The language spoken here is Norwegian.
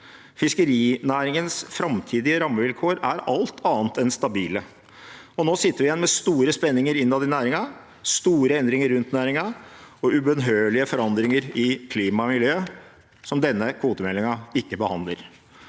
Fiskerinæringens framtidige rammevilkår er alt annet enn stabile, og nå sitter vi igjen med store spenninger innad i næringen, store endringer rundt næringen og ubønnhørlige forandringer i klima og miljø som denne kvotemeldingen ikke behandler.